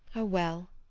oh, well!